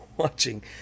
watching